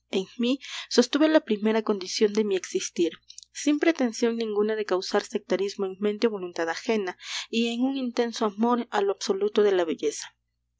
mí sostuve la primera condición de mi existir sin pretensión ninguna de causar sectarismo en mente o voluntad ajena y en un intenso amor a lo absoluto de la belleza